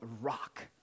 rock